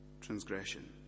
transgression